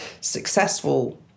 successful